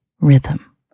rhythm